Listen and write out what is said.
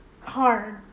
hard